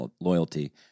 loyalty